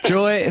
Joy